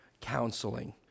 counseling